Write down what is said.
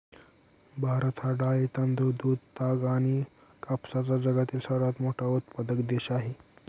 भारत हा डाळी, तांदूळ, दूध, ताग आणि कापसाचा जगातील सर्वात मोठा उत्पादक देश आहे